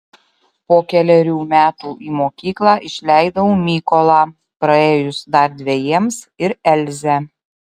po kelerių metų į mokyklą išleidau mykolą praėjus dar dvejiems ir elzę